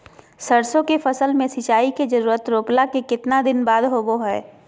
सरसों के फसल में सिंचाई के जरूरत रोपला के कितना दिन बाद होबो हय?